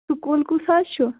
school کُس حظ چھُ